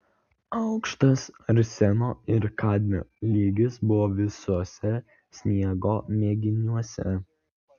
aukštas arseno ir kadmio lygis buvo visuose sniego mėginiuose